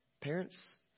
parents